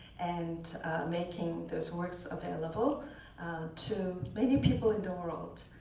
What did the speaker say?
and making those works available to many people in the world.